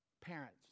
parents